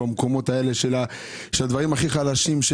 במקומות האלה של הדברים הכי חלשים,